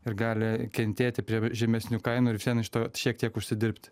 ir gali kentėti prie žemesnių kainų ir iš to šiek tiek užsidirbti